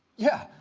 yeah,